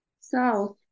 south